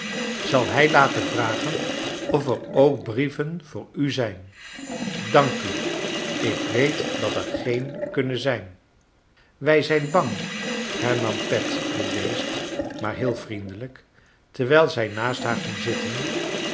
zal hij laten vragen of er ook brieven voor u zijn dank u ik weet dat er geen kunnen zijn wij zijn bang hernam pet bedeesd maar heel vriendelijk terwijl zij naast haar ging zitten